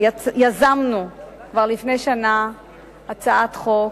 יזמנו כבר לפני שנה הצעת חוק